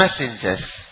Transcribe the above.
messengers